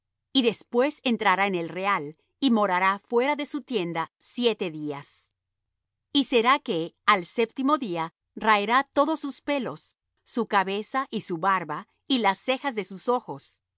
y después entrará en el real y morará fuera de su tienda siete días y será que al séptimo día raerá todos sus pelos su cabeza y su barba y las cejas de sus ojos